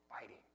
fighting